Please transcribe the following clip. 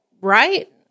right